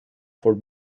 for